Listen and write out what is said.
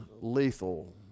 lethal